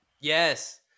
Yes